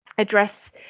address